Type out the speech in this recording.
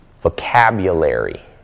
vocabulary